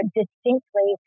distinctly